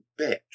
bitch